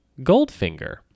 Goldfinger